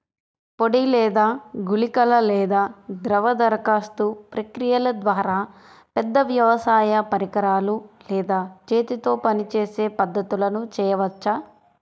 పొడి లేదా గుళికల లేదా ద్రవ దరఖాస్తు ప్రక్రియల ద్వారా, పెద్ద వ్యవసాయ పరికరాలు లేదా చేతితో పనిచేసే పద్ధతులను చేయవచ్చా?